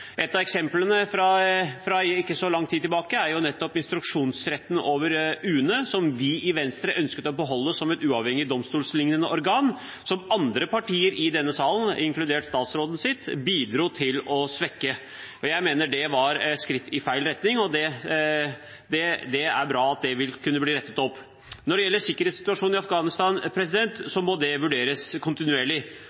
Et av eksemplene fra ikke så lang tid tilbake er nettopp instruksjonsretten over UNE, som vi i Venstre ønsket å beholde som et uavhengig domstolslignende organ, men som andre partier i denne salen, inkludert statsrådens, bidro til å svekke. Jeg mener det var skritt i feil retning, og det er bra at det vil kunne bli rettet opp. Når det gjelder sikkerhetssituasjonen i Afghanistan,